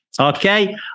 Okay